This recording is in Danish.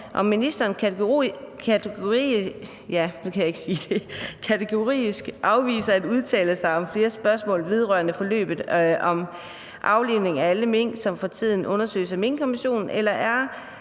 om han kategorisk afviser at udtale sig om flere spørgsmål vedrørende forløbet om aflivning af alle mink, som for tiden undersøges af Minkkommissionen, eller er